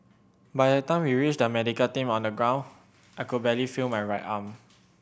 by the time we reached the medical team on the ground I could barely feel my right arm